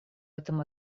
этом